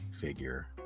figure